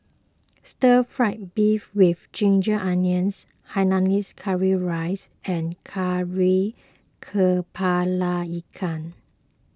Stir Fry Beef with Ginger Onions Hainanese Curry Rice and Kari Kepala Ikan